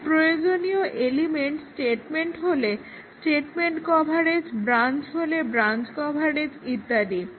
এই প্রয়োজনীয় element statement হলে স্টেটমেন্ট কভারেজ ব্রাঞ্চ হলে ব্রাঞ্চ কভারেজ ইত্যাদি